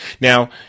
Now